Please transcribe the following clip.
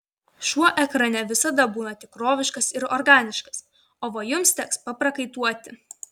šuo ekrane visada būna tikroviškas ir organiškas o va jums teks paprakaituoti